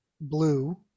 blue